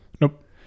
Nope